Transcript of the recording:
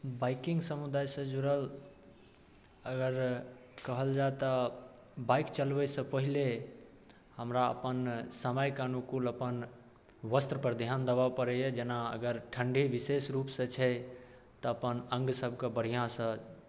biking समुदायसँ जुड़ल अगर कहल जाय तऽ बाइक चलबैसँ पहिले हमरा अपन समयके अनुकूल अपन वस्त्रपर ध्यान देबय पड़ैए जेना अगर ठंडी विशेष रूपसँ छै तऽ अपन अङ्गसभके बढ़ियाँसँ